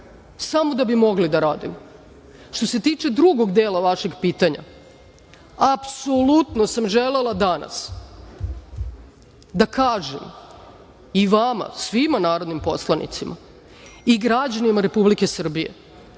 samo da bi mogli da radimo. Što se tiče drugog dela vašeg pitanja, apsolutno sam želela danas da kažem i vama, svim narodnim poslanicima, i građanima Republike Srbije